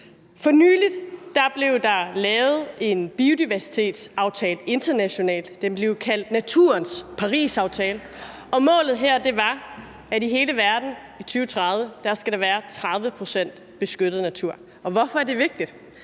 For nylig blev der lavet en biodiversitetsaftale internationalt – den blev kaldt naturens Parisaftale – og målet her var, at der i hele verden i 2030 skal være 30 pct. beskyttet natur. Hvorfor er det vigtigt?